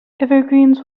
evergreens